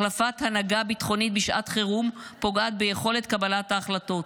החלפת הנהגה ביטחונית בשעת חירום פוגעת ביכולת קבלת ההחלטות,